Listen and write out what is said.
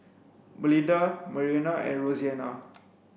Melinda Marianna and Roseanna